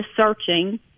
searching